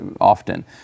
often